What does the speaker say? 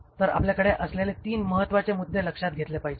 तर आपल्याकडे असलेले तीन महत्त्वाचे मुद्दे लक्षात घेतले पाहिजेत